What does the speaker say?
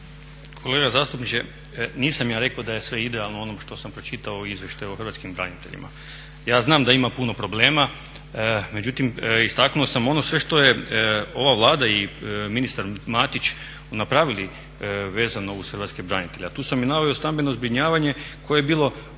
Kolega zastupniče, nisam ja rekao da je sve idealno u onom što sam pročitao u izvještaju o hrvatskim braniteljima. Ja znam da ima puno problema, međutim istaknuo sam ono sve što je ova Vlada i ministar Matić napravili vezano uz hrvatske branitelje a tu sam i naveo stambeno zbrinjavanje koje je bilo